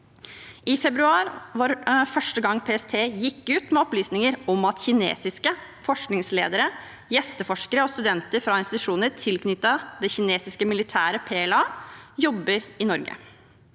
I februar var første gang PST gikk ut med opplysninger om at kinesiske forskningsledere, gjesteforskere og studenter fra institusjoner tilknyttet det kinesiske militæret, PLA, jobber i Norge.